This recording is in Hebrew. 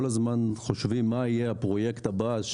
כל הזמן חושבים מה יהיה הפרויקט הבא,